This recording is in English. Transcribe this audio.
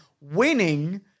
winning